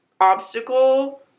obstacle